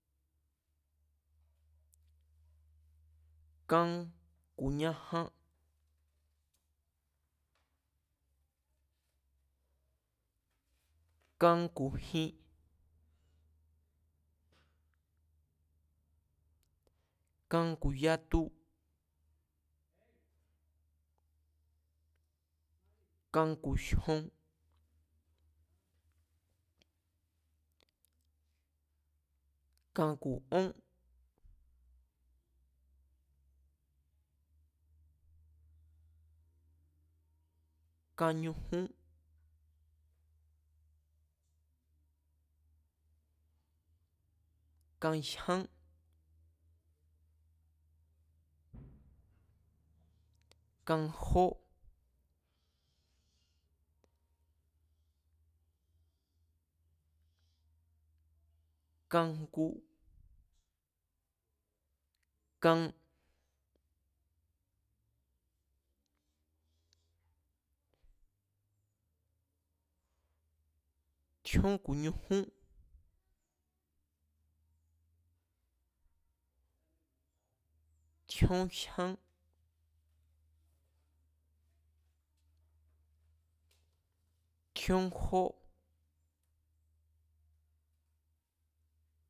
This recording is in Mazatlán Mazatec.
Kan ku̱ ñajan kan ku̱ jin. kan ku̱ yatu, kan ku̱ jyon, kan ku̱ ón, kan ñujún kan jyán, kan jó, kanjngu, kan, tjíón ku̱ ñujún, tjíón jyán, tjíón jó